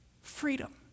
freedom